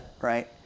right